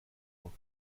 moi